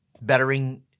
bettering